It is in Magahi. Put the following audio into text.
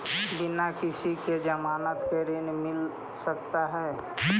बिना किसी के ज़मानत के ऋण मिल सकता है?